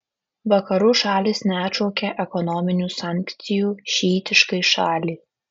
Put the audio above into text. vakarų šalys neatšaukė ekonominių sankcijų šiitiškai šaliai